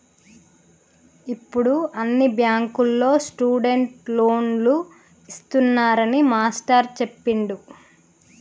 ఇప్పుడు అన్ని బ్యాంకుల్లో స్టూడెంట్ లోన్లు ఇస్తున్నారని మాస్టారు చెప్పిండు